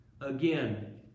Again